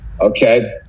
okay